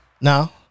Now